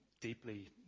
deeply